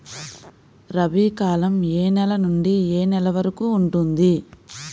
రబీ కాలం ఏ నెల నుండి ఏ నెల వరకు ఉంటుంది?